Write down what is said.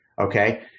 okay